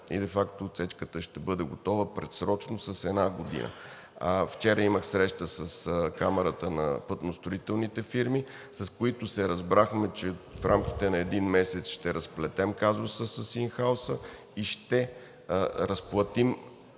и де факто отсечката ще бъде готова предсрочно с една година. Вчера имах среща с Камарата на пътностроителните фирми, с които се разбрахме, че в рамките на един месец ще разплетем казуса с ин хауса и ще разплатим